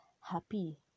happy